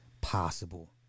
possible